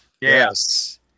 Yes